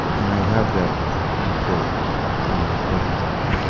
and i have that report in my glove compartment.